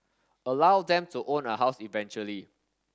allow them to own a house eventually